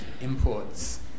imports